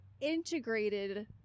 integrated